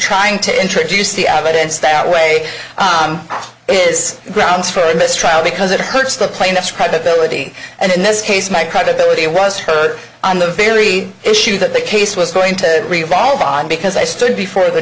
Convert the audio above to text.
trying to introduce the advocates that way is grounds for a mistrial because it hurts the plaintiffs credibility and in this case my credibility was hurt on the very issue that the case was going to revolve on because i stood before the